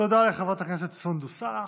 תודה לחברת הכנסת סונדוס סלאח.